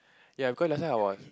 ya cause last time I was